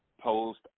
Post